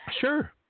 Sure